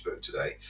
today